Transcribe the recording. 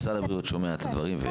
משרד הבריאות שומע את הדברים.